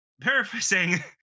paraphrasing